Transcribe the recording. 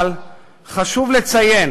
אבל חשוב לציין